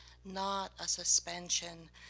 not a suspension.